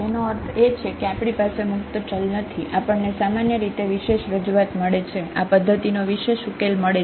તેનો અર્થ એ છે કે આપણી પાસે મુક્ત ચલ નથી આપણ ને સામાન્ય રીતે વિશેષ રજૂઆત મળે છે આ પદ્ધતિનો વિશેષ ઉકેલ મળે છે